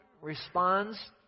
responds